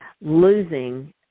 losing